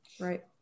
Right